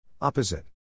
Opposite